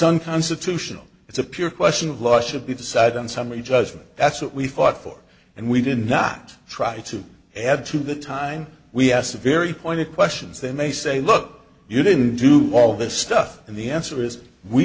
unconstitutional it's a pure question of law should be decided on summary judgment that's what we fought for and we did not try to add to the time we asked a very pointed questions they may say look you didn't do all this stuff and the answer is we